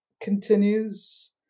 continues